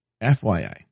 FYI